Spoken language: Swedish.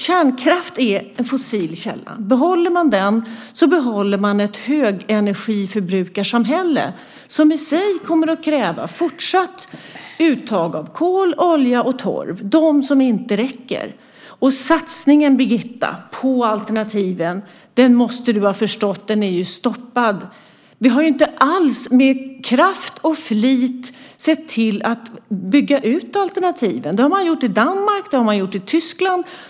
Kärnkraft är en fossil källa. Behåller man den så behåller man ett högenergiförbrukarsamhälle som i sig kommer att kräva fortsatt uttag av kol, olja och torv, de som inte räcker. Och satsningen, Birgitta, på alternativen, måste du ha förstått är ju stoppad. Vi har ju inte alls med kraft och flit sett till att bygga ut alternativen. Det har man gjort i Danmark, och det har man gjort i Tyskland.